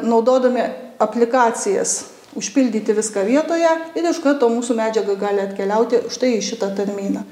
naudodami aplikacijas užpildyti viską vietoje ir iš karto mūsų medžiaga gali atkeliauti štai į šitą tarmyną